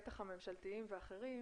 בטח הממשלתיים ואחרים,